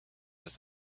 was